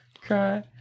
cry